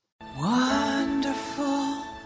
Wonderful